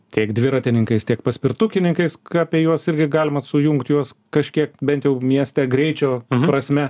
tiek dviratininkais tiek paspirtukais ką apie juos irgi galima sujungt juos kažkiek bent jau mieste greičio prasme